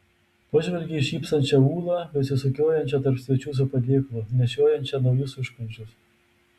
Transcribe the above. pažvelgė į šypsančią ūlą besisukiojančią tarp svečių su padėklu nešiojančią naujus užkandžius